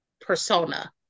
persona